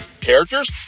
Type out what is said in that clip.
characters